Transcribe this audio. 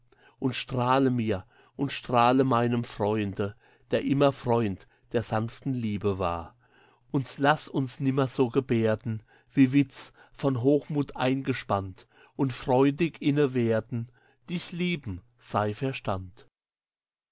und strahle mir und strahle meinem freunde der immer freund der sanften liebe war uns laß uns nimmer so geberden wie witz von hochmuth eingespannt und freudig inne werden dich lieben sei